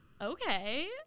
Okay